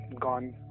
gone